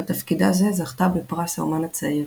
על תפקידה זה זכתה בפרס האמן הצעיר.